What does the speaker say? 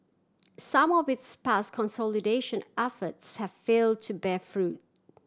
some of its past consolidation efforts have fail to bear fruit